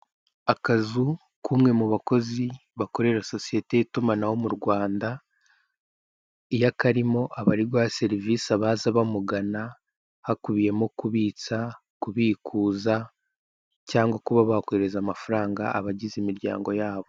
Akazu k'umwe mu bakozi bakorera sosiyete y'itumanaho mu Rwanda, iyo akarimo aba ariguha serivisi abaza bamugana hakubiyemo kubitsa, kubikuza cyangwa kuba bakohereza amafaranga abagize imiryango yabo.